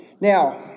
Now